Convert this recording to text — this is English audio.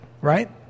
right